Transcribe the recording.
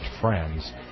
friends